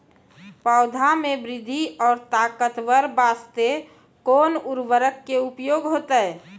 पौधा मे बृद्धि और ताकतवर बास्ते कोन उर्वरक के उपयोग होतै?